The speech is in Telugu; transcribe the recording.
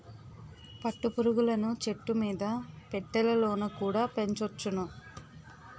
పట్టు పురుగులను చెట్టుమీద పెట్టెలలోన కుడా పెంచొచ్చును